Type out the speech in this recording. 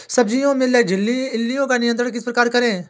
सब्जियों में इल्लियो का नियंत्रण किस प्रकार करें?